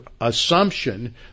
assumption